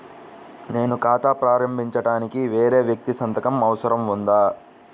నేను ఖాతా ప్రారంభించటానికి వేరే వ్యక్తి సంతకం అవసరం ఉందా?